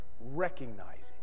recognizing